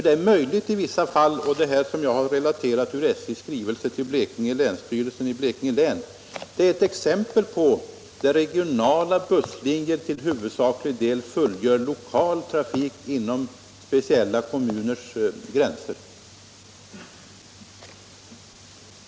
Det är möjligt i vissa fall — och det som jag nu har refererat ur SJ:s skrivelse till länsstyrelsen i Blekinge är ett sådant exempel — att regionala busslinjer till huvudsaklig del fullgör lokal trafik inom speciella kommuners gränser.